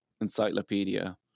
Encyclopedia